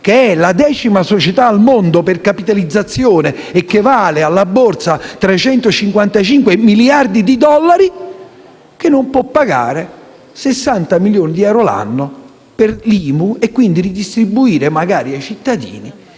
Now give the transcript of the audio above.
che è la decima società al mondo per capitalizzazione e che vale alla borsa 355 miliardi di dollari, che non può pagare 60 milioni di euro l'anno per l'IMU e quindi ridistribuire ai cittadini